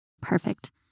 Perfect